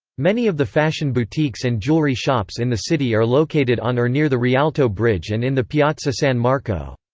many of the fashion boutiques and jewelry shops in the city are located on or near the rialto bridge and in the piazza san marco.